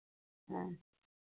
हाँ